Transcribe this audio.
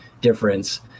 difference